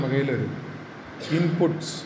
inputs